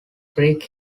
creek